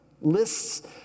lists